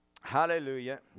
Hallelujah